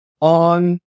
on